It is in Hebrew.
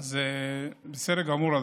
בסדר גמור.